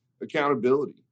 accountability